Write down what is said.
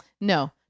No